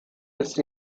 ist